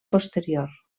posterior